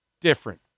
Different